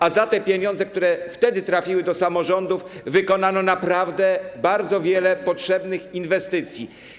A za te pieniądze, które wtedy trafiły do samorządów, wykonano naprawdę bardzo wiele potrzebnych inwestycji.